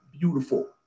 beautiful